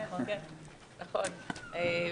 נכון,